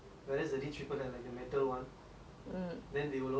then they will also have the the stadium ah